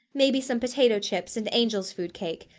maybe some potato chips, and angel's food cake,